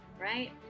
right